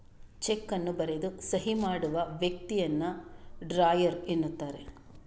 check ಅನ್ನು ಬರೆದು ಸಹಿ ಮಾಡುವ ವ್ಯಕ್ತಿಯನ್ನ ಡ್ರಾಯರ್ ಎನ್ನುತ್ತಾರೆ